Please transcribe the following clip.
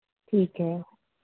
ठीक है